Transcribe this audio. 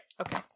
okay